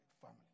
family